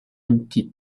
empty